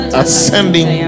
ascending